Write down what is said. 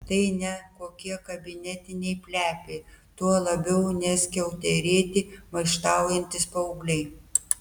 tai ne kokie kabinetiniai plepiai tuo labiau ne skiauterėti maištaujantys paaugliai